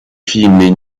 filmée